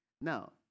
Now